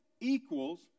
equals